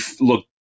look